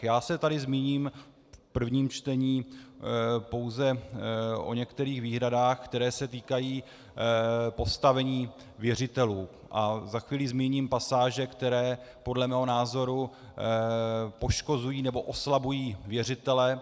Já se tady zmíním v prvním čtení pouze o některých výhradách, které se týkají postavení věřitelů, a za chvíli zmíním pasáže, které podle mého názoru poškozují nebo oslabují věřitele.